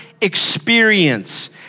experience